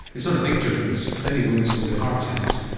it's not a big difference, plenty of women still get heart attacks,